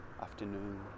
afternoon